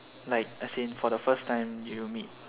like as in for the first time you meet